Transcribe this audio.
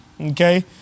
Okay